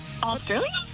Australia